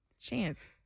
chance